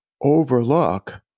overlook